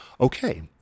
Okay